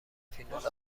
فینال